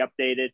updated